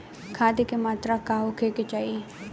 खाध के मात्रा का होखे के चाही?